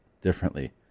differently